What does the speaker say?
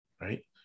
right